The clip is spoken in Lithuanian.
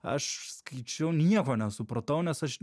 aš skaičiau nieko nesupratau nes aš